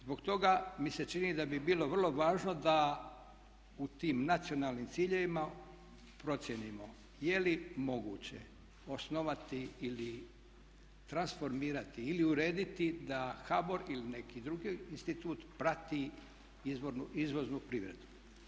Zbog toga mi se čini da bi bilo vrlo važno da u tim nacionalnim ciljevima procijenimo je li moguće osnovati ili transformirati ili urediti da HBOR ili neki drugi institut prati izvoznu privredu.